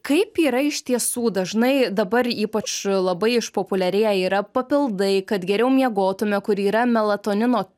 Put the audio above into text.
kaip yra iš tiesų dažnai dabar ypač labai išpopuliarėję yra papildai kad geriau miegotume kur yra melatonino